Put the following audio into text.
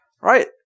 right